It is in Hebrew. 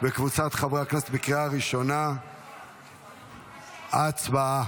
חבריי חברי הכנסת, נעבור להצבעה